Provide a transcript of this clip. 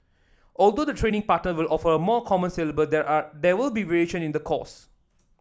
although the training partners will offer a common syllabus there are there will be variation in the course